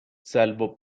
salvo